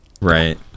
Right